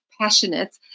passionate